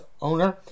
owner